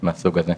מהסוג הזה.